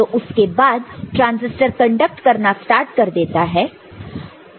तो उसके बाद ट्रांसिस्टर कंडक्ट करना स्टार्ट कर देता है